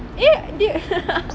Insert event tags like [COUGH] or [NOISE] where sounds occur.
eh dia [LAUGHS]